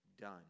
done